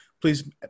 please